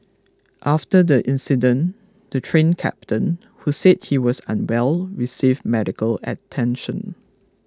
after the incident the Train Captain who said he was unwell received medical attention